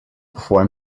before